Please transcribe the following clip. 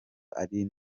ariko